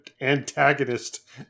antagonist